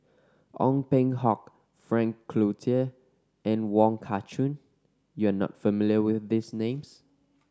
Ong Peng Hock Frank Cloutier and Wong Kah Chun you are not familiar with these names